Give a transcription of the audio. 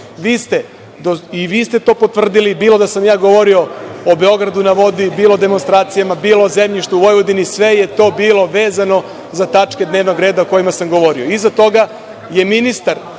I vi ste to potvrdili. Bilo da sam ja govorio o „Beogradu na vodi“, bilo o demonstracijama, bilo o zemljištu u Vojvodini, sve je to bilo vezano za tačke dnevnog reda o kojima sam govorio. Iza toga je ministar